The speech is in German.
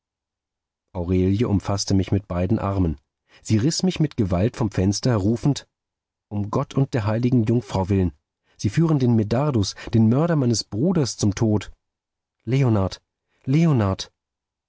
aurelie umfaßte mich mit beiden armen sie riß mich mit gewalt vom fenster rufend um gott und der heiligen jungfrau willen sie führen den medardus den mörder meines bruders zum tode leonard leonard